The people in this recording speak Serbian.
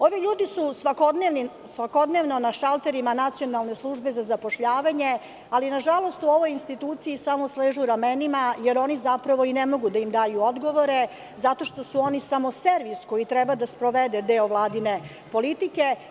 Ovi ljudi su svakodnevno na šalterima Nacionalne službe za zapošljavanje ali nažalost, u ovoj instituciji samo sležu ramenima, jer oni zapravo i ne mogu da im daju odgovore zato što su oni samo servis koji treba da sprovede deo Vladine politike.